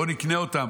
בואו נקנה אותם.